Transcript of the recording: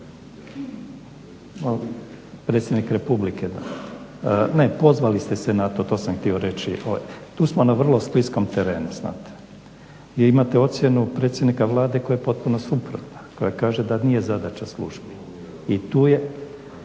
Predsjednik Republike, ne pozvali ste se na to, to sam htio reći. Tu smo na vrlo skliskom terenu znate. I imate ocjenu predsjednika Vlade koja je potpuno suprotna koja kaže da nije zadaća službi. I tu je,